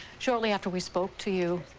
shortly after we spoke to you